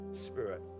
spirit